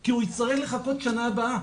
כי הוא יצטרך לחכות שנה הבאה,